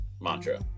mantra